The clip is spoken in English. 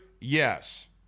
Yes